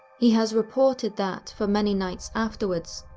he has reported that, for many nights afterwards,